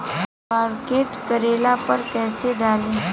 Pocket करेला पर कैसे डाली?